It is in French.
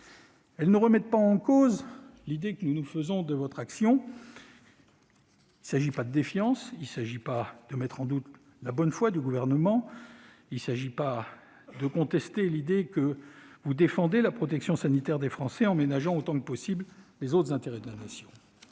Elles ne remettent pas en cause l'idée que nous nous faisons de votre action. Il ne s'agit pas d'exprimer une forme de défiance ni de mettre en doute la bonne foi du Gouvernement, pas plus que de contester l'idée que vous défendez la protection sanitaire des Français tout en ménageant autant que possible les autres intérêts de la Nation.